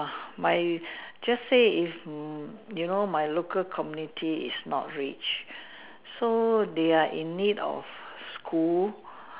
my just say if m~ you know my local community is not rich so they are in need of school